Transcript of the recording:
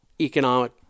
economic